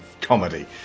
comedy